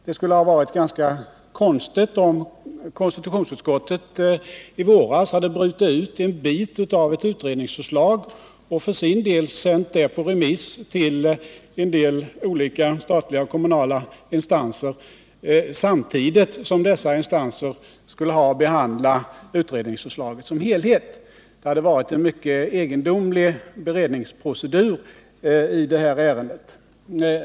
Det skulle ha varit ganska konstigt om konstitutionsutskottet i våras hade brutit ut en bit av ett utredningsförslag och för sin del sänt det på remiss till en del olika statliga och kommunala instanser, samtidigt som dessa instanser skulle ha att behandla utredningsförslaget som helhet. Det hade som sagt varit en mycket egendomlig beredningsprocedur i detta ärende.